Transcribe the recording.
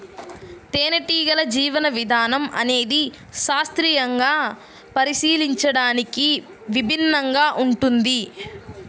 తేనెటీగల జీవన విధానం అనేది శాస్త్రీయంగా పరిశీలించడానికి విభిన్నంగా ఉంటుంది